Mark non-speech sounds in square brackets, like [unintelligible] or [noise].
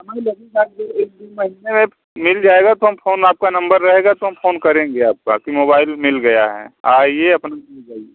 [unintelligible] एक दो महीने में मिल जाएगा तो हम फोन आपका नंबर रहेगा तो हम फोन करेंगे आपका की मोबाईल मिल गया है आइए अपना ले जाइए